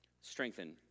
strengthen